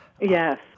Yes